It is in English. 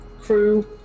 crew